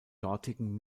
dortigen